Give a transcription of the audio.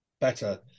better